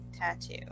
tattoo